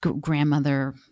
grandmother